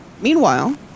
Meanwhile